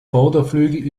vorderflügel